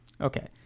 Okay